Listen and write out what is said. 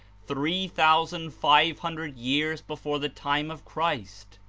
three thousand five hundred years before the time of christ.